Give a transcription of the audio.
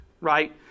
right